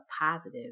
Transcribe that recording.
positive